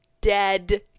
dead